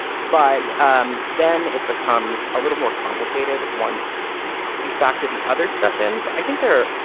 but yeah um then it becomes a little more complicated once you factor the other stuff in so i think there.